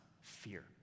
fear